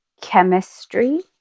chemistry